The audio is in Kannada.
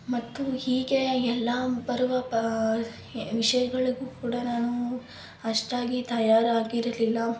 ಮತ್ತು ಹೀಗೆ ಎಲ್ಲ ಬರುವ ಪ ವಿಷಯಗಳಿಗೂ ಕೂಡ ನಾನು ಅಷ್ಟಾಗಿ ತಯಾರಾಗಿರಲಿಲ್ಲ